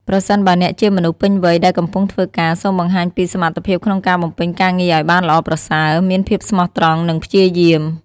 ប្រសិនបើអ្នកជាមនុស្សពេញវ័យដែលកំពុងធ្វើការ សូមបង្ហាញពី សមត្ថភាពក្នុងការបំពេញការងារឲ្យបានល្អប្រសើរ មានភាពស្មោះត្រង់ និងព្យាយាម។